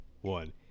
one